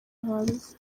hanze